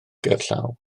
gerllaw